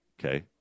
Okay